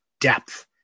depth